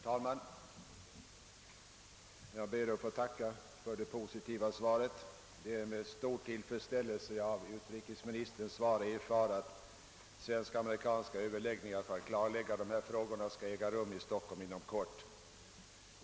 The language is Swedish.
Herr talman! Jag ber att få tacka för det positiva svaret. Det är med stor tillfredsställelse jag av utrikesministerns svar erfar att svenskamerikanska överläggningar för att klarlägga dessa frågor skall äga rum i Stockholm inom kort.